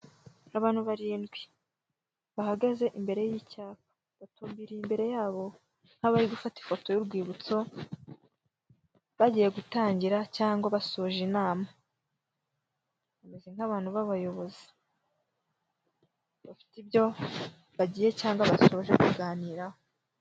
Abantu barindwi, bahagaze imbere y'icyapa, batumbiriye imbere yabo nk'abari gufata ifoto y'urwibutso, bagiye gutangira cyangwa basoje inama, bameze nk'abantu b'abayobozi bafite ibyo bagiye cyangwa basoje kuganiraraho.